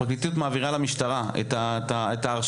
הפרקליטות מעבירה למשטרה את ההרשעה,